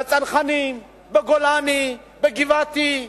בצנחנים, בגולני, בגבעתי,